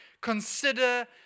consider